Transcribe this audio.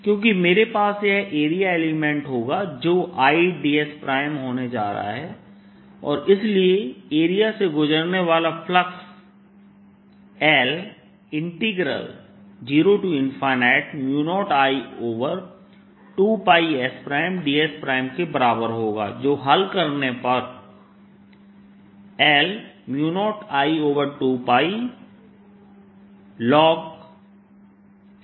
क्योंकि मेरे पास यह एरिया एलिमेंट होगा जो lds होने जा रहा है और इसलिए एरिया से गुजरने वाला फ्लक्स l00I2πsds के बराबर होगा जो हल करने पर l0I2πln s